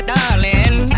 Darling